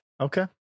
Okay